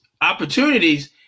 opportunities